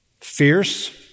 fierce